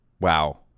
Wow